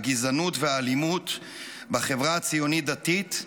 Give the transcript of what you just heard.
הגזענות והאלימות בחברה הציונית-דתית,